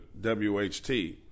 WHT